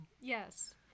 Yes